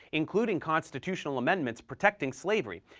including constitutional amendments protecting slavery,